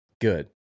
good